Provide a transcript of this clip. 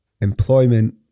employment